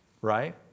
Right